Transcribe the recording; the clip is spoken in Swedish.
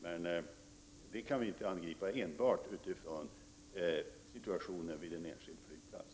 Men dessa problem kan inte angripas enbart utifrån situationen vid en enskild flygplats.